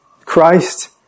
Christ